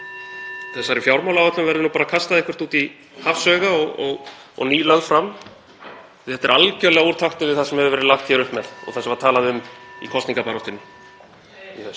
þessari fjármálaáætlun verði bara kastað eitthvert út í hafsauga og ný lögð fram. Þetta er algjörlega úr takti við það sem hefur verið lagt upp með og það sem var talað um í kosningabaráttunni